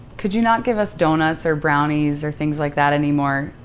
could you not give us donuts or brownies or things like that anymore?